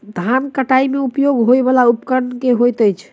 धान कटाई मे उपयोग होयवला उपकरण केँ होइत अछि?